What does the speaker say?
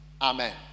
Amen